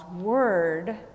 word